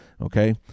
Okay